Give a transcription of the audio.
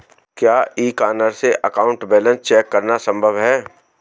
क्या e corner से account balance check करना संभव है?